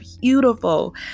beautiful